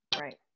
Right